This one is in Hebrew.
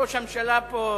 ראש הממשלה פה,